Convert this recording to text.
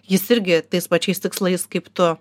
jis irgi tais pačiais tikslais kaip tu